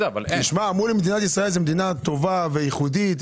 אמרו לי שמדינת ישראל היא מדינה טובה וייחודית.